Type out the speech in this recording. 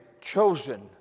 chosen